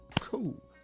Cool